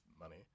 money